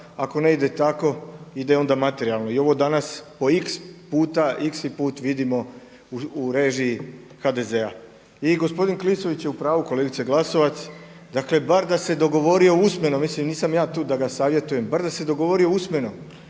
ako ne ide tako ide onda materijalno i ovo danas po x puta vidimo u režiji HDZ-a. I kolega Klisović je upravu kolegice Glasovac, dakle bar da se dogovorio usmeno, mislim nisam ja tu da ga savjetujem, bar da se dogovorio usmeno